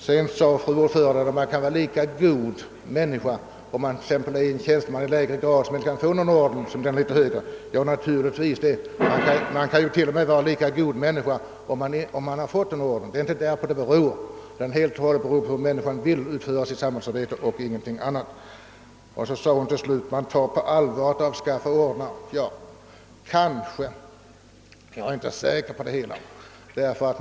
Sedan sade fru Eriksson att man kan vara lika god människa fastän man är tjänsteman i en så låg lönegrad att man inte kan få någon orden. Ja, naturligtvis. Man kan vara en god människa också trots att man har fått en orden; det är inte därpå det hänger, utan det beror helt och hållet på om man vill utföra ett samhällsgagnande arbete, ingenting annat. Slutligen betonade fru Eriksson att socialdemokraterna tar förslaget om avskaffande av ordensväsendet på allvar. Jag vet inte, om man skall vara så söker på det.